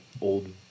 old